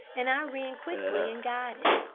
and i ran quickly and got it.